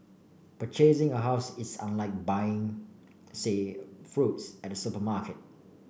purchasing a house is unlike buying say fruits at supermarket